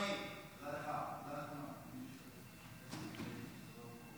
הנושא לוועדת המדע והטכנולוגיה נתקבלה.